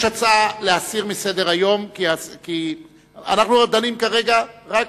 יש הצעה להסיר מסדר-היום, אנחנו דנים כרגע רק